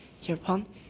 hereupon